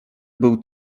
był